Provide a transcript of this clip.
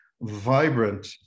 vibrant